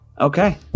Okay